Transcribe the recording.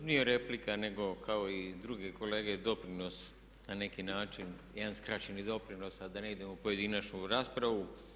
Nije replika nego kao i druge kolege doprinos na neki način, jedan skraćeni doprinos a da ne idemo u pojedinačnu raspravu.